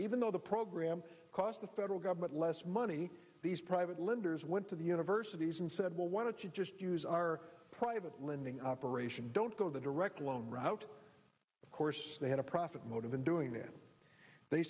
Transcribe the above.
even though the program cost the federal government less money these private lenders went to the universities and said well why don't you just use our private lynndie operation don't go the direct loan route of course they had a profit motive in doing it they